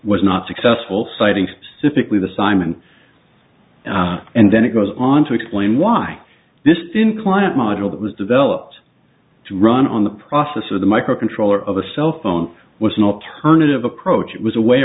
was not successful citing specifically the simon and then it goes on to explain why this thin client model that was developed to run on the processor the microcontroller of a cell phone was an alternative approach it was a way